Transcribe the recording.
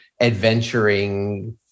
adventuring